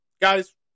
guys